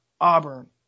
Auburn